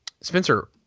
Spencer